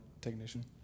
technician